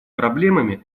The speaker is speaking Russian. проблемами